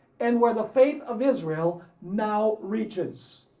and where the faith of israel now reaches.